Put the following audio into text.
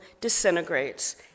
disintegrates